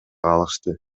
калышты